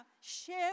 share